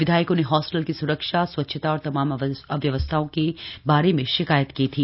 विधायकों ने हॉस्टल की सुरक्षा स्वच्छता और तमाम अव्यवस्थाओं के बारे में शिकायत की थी